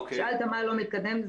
שאלת מה לא מתקדם,